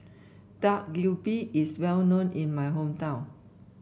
Dak Galbi is well known in my hometown